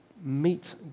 meet